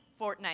Fortnite